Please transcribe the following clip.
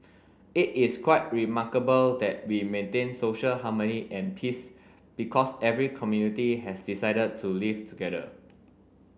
it is quite remarkable that we maintain social harmony and peace because every community has decided to live together